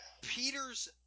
Peter's